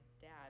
Dad